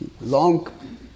Long